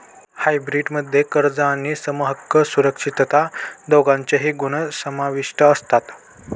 hybrid मध्ये कर्ज आणि समहक्क सुरक्षितता दोघांचेही गुण समाविष्ट असतात